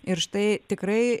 ir štai tikrai